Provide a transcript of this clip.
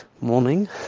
morning